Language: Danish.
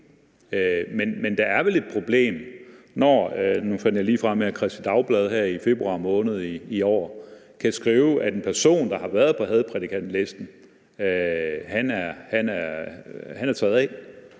Men der er vel et problem, når – nu fandt jeg det lige frem her – Kristeligt Dagblad her i februar måned i år kan skrive, at en person, der har været på hadprædikantlisten, er taget af,